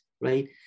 right